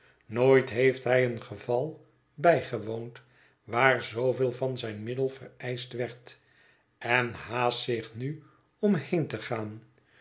nooit heeft hij een geval bijgewoond waar zooveel van zijn middel vereischt werd en haast zich nu om heen te gaan